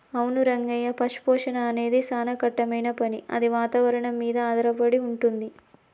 అవును రంగయ్య పశుపోషణ అనేది సానా కట్టమైన పని అది వాతావరణం మీద ఆధారపడి వుంటుంది